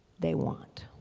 they want.